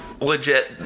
legit